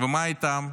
ומה איתם?